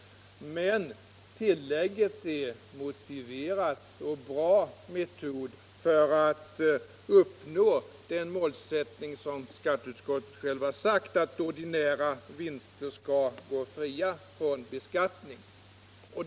Men tillägget är en motiverad och bra metod för att uppnå den målsättning som skatteutskottet självt har sagt sig ha — att ordinära vinster skall gå fria från beskattning.